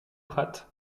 prat